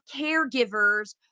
caregivers